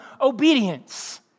obedience